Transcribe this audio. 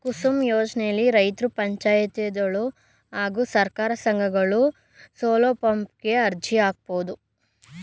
ಕುಸುಮ್ ಯೋಜ್ನೆಲಿ ರೈತ್ರು ಪಂಚಾಯತ್ಗಳು ಹಾಗೂ ಸಹಕಾರಿ ಸಂಘಗಳು ಸೋಲಾರ್ಪಂಪ್ ಗೆ ಅರ್ಜಿ ಹಾಕ್ಬೋದು